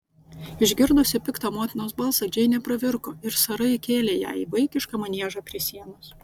išgirdusi piktą motinos balsą džeinė pravirko ir sara įkėlė ją į vaikišką maniežą prie sienos